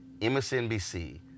MSNBC